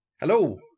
Hello